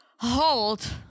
hold